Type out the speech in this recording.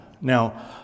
Now